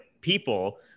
people